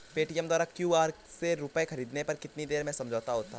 Paytm द्वारा QR से रूपए ख़रीदने पर कितनी देर में समझौता होता है?